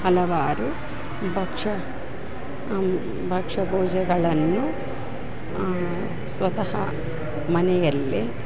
ಹಲವಾರು ಭಕ್ಷ ಭಕ್ಷ ಭೋಜಗಳನ್ನು ಸ್ವತಹ ಮನೆಯಲ್ಲೇ